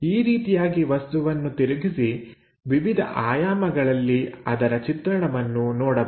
ಈ ರೀತಿಯಾಗಿ ವಸ್ತುವನ್ನು ತಿರುಗಿಸಿ ವಿವಿಧ ಆಯಾಮಗಳಲ್ಲಿ ಅದರ ಚಿತ್ರಣವನ್ನು ನೋಡಬಹುದು